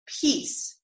peace